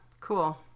Cool